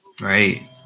Right